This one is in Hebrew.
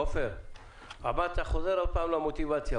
עופר, אתה חוזר עוד פעם למוטיבציה.